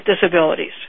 disabilities